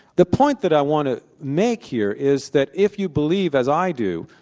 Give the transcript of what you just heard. the point that i want to make here is that, if you believe, as i do,